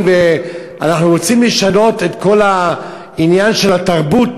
ואנחנו רוצים לשנות את כל העניין של התרבות,